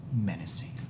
menacing